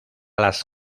las